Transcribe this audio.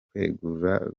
kwigenzura